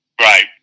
Right